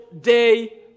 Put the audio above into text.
day